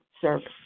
service